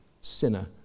sinner